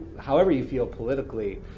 however you feel politically,